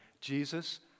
Jesus